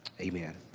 Amen